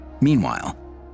Meanwhile